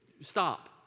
stop